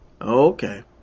Okay